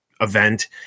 Event